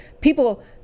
people